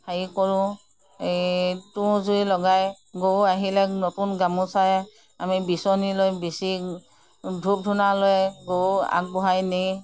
হেৰি কৰোঁ এই তুহঁ জুই লগাই গৰু আহিলে নতুন গামোচাই আমি বিচনী লৈ বিচি ধূপ ধুনা লৈ গৰু আগবঢ়াই নি